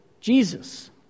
Jesus